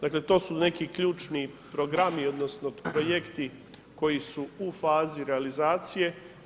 Dakle to su neki ključni programi, odnosno projekti koji su u fazi realizacije.